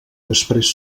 després